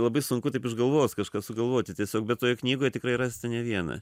labai sunku taip išgalvos kažką sugalvoti tiesiog bet toje knygoje tikrai rasite ne vieną